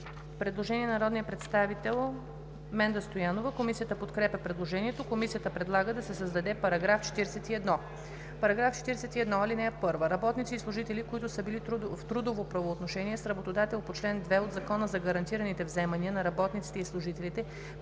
Предложение на народния представител Менда Стоянова. Комисията подкрепя предложението. Комисията предлага да се създаде § 41: „§ 41. (1) На работници и служители, които са били в трудово правоотношение с работодател по чл. 2 от Закона за гарантираните вземания на работниците и служителите